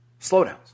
Slowdowns